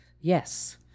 Yes